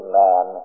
man